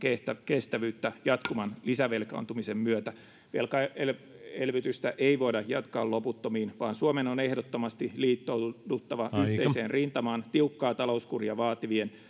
kestävyyttä jatkuvan lisävelkaantumisen myötä velkaelvytystä ei voida jatkaa loputtomiin vaan suomen on ehdottomasti liittouduttava yhteiseen rintamaan tiukkaa talouskuria vaativien